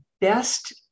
best